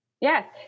Yes